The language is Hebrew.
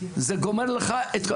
זה גומר לך את,